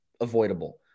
avoidable